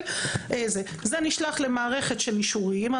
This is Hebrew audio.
זה נשלח למערכת של אישורים,